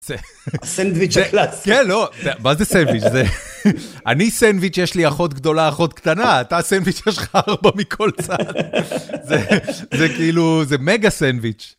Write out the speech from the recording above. סנדוויץ' הקלאס. כן, לא, מה זה סנדוויץ', זה... אני סנדוויץ', יש לי אחות גדולה, אחות קטנה, אתה סנדוויץ', יש לך ארבע מכל צד. זה. זה כאילו, זה מגה סנדוויץ'.